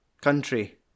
country